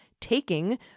taking